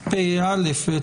התשפ"א-2021,